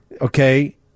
Okay